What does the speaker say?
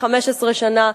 ו-15 שנה,